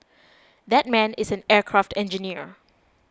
that man is an aircraft engineer